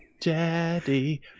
Daddy